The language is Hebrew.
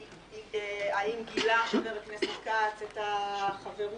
האם הפעילות המיוחסת לחבר הכנסת כץ עולה